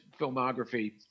filmography